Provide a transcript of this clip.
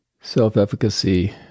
self-efficacy